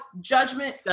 judgment